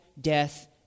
death